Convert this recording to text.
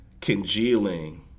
congealing